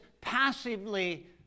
passively